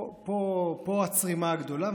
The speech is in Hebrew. פה הצרימה הגדולה.